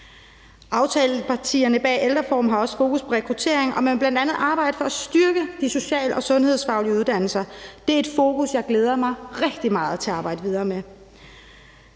Aftalepartierne bag ældrereformen har også fokus på rekruttering, og man vil bl.a. arbejde for at styrke de social- og sundhedsfaglige uddannelser. Det er et fokus, som jeg glæder mig rigtig meget til at arbejde videre med.